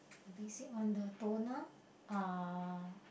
basic one the toner uh